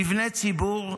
מבני ציבור,